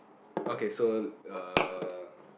okay so uh